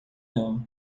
ela